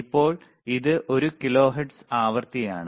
ഇപ്പോൾ ഇത് ഒരു കിലോഹെർട്സ് ആവൃത്തിയാണ്